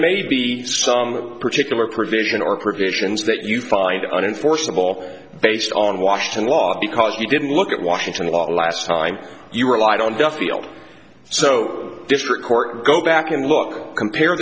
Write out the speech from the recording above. may be some particular provision or provisions that you find unforeseeable based on washington law because you didn't look at washington the last time you were allowed on duffield so district court go back and look compare